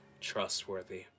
Trustworthy